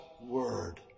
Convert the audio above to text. Word